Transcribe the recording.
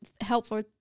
helpful